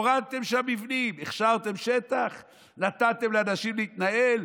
הורדתם שם מבנים, הכשרתם שטח, נתתם לאנשים להתנהל,